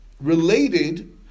related